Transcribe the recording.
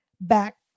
back